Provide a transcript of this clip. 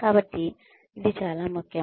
కాబట్టి ఇది చాలా ముఖ్యం